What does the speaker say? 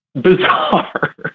bizarre